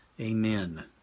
Amen